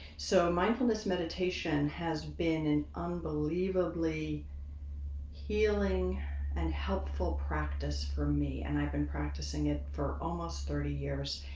so mindfulness meditation has been an unbelievably healing and helpful practice for me and i've been practicing it for almost thirty years.